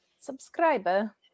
subscriber